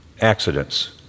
accidents